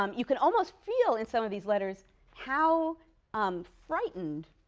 um you can almost feel in some of these letters how um frightened,